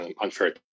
unfair